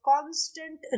constant